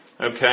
okay